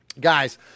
Guys